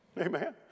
Amen